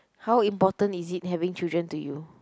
how important is it having children to you